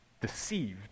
deceived